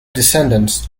descendants